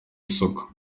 isoko